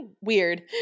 Weird